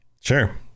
Sure